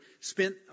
spent